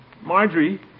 Marjorie